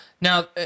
Now